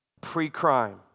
pre-crime